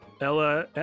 Ella